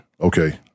okay